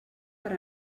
per